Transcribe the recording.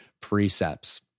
precepts